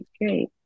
great